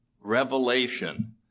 revelation